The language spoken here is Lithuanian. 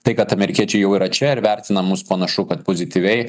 tai kad amerikiečiai jau yra čia ir vertina mus panašu kad pozityviai